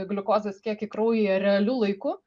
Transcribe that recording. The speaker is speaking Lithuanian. gliukozės kiekį kraujyje realiu laiku